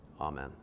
Amen